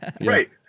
Right